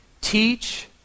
teach